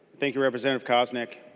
thank you representative koznick.